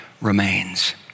remains